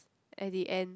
at the end